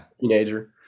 teenager